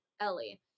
Ellie